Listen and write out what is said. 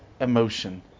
emotion